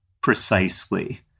precisely